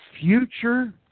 future